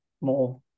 more